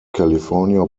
california